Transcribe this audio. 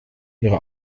ihre